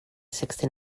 sixty